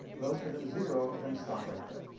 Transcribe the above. those that are zero are going to stop right there.